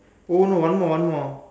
oh no one more one more